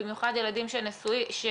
במיוחד ילדים שרשומים,